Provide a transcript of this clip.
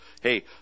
hey